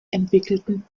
entwickelten